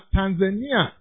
Tanzania